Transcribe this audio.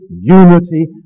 unity